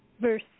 Verse